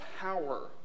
power